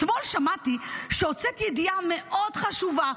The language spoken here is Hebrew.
אתמול שמעתי שהוצאת ידיעה מאוד חשובה.